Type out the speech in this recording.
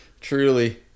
Truly